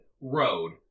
road